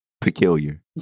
Peculiar